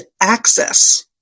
access